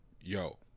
yo